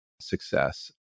success